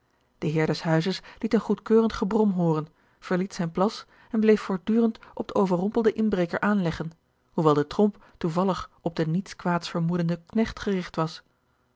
heer des huizes liet een goedkeurend gebrom hooren verliet zijn plas en bleef voortdurend op den overrompelden inbreker aanleggen hoewel de tromp toevallig op den niets kwaads vermoedenden knecht gerigt was